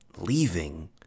leaving